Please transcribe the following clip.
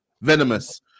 Venomous